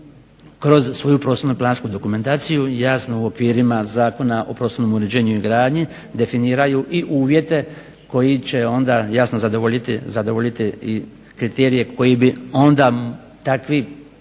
kroz svoju prostorno-plansku dokumentaciju, jasno u okvirima Zakona o prostornom uređenju i gradnji definiraju i uvjete koji će onda jasno zadovoljiti i kriterije koji bi onda takvi